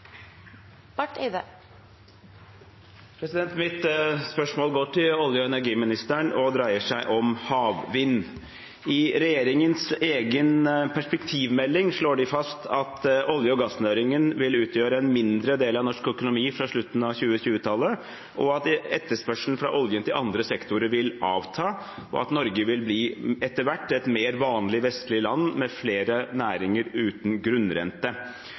Mitt spørsmål går til olje- og energiministeren og dreier seg om havvind. I regjeringens egen perspektivmelding slår de fast at olje- og gassnæringen vil utgjøre en mindre del av norsk økonomi fra slutten av 2020-tallet, at etterspørselen fra oljen til andre sektorer vil avta, og at Norge etter hvert vil bli et mer vestlig land, med flere næringer uten grunnrente.